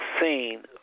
seen